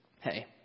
hey